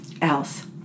else